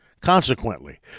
Consequently